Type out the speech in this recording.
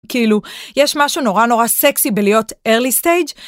כאילו, יש משהו נורא נורא סקסי בלהיות early stage?